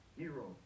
hero